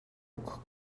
өгөх